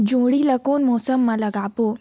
जोणी ला कोन मौसम मा लगाबो?